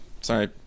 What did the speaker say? sorry